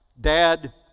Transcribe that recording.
Dad